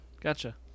Gotcha